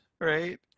right